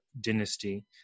dynasty